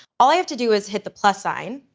all i have to do is hit the plus sign,